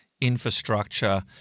infrastructure